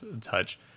touch